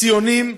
ציוניים,